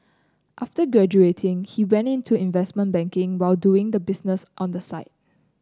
after graduating he went into investment banking while doing the business on the side